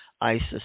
Isis